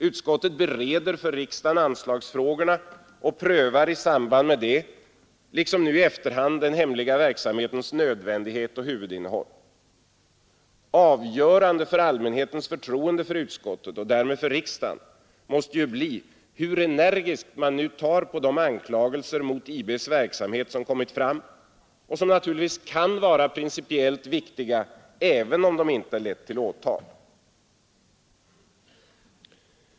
Det bereder för riksdagen anslagsfrågorna och prövar i samband därmed liksom nu i efterhand den hemliga verksamhetens nödvändighet och huvudinnehåll. Avgörande för allmänhetens förtroende för utskottet och därmed för riksdagen måste vara hur energiskt man tar på de anklagelser mot IB:s verksamhet som kommit fram och som naturligtvis kan vara principiellt viktiga, även om de inte lett till åtal.